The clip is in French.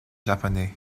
japonais